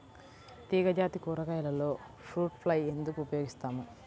తీగజాతి కూరగాయలలో fruit fly ఎందుకు ఉపయోగిస్తాము?